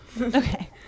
Okay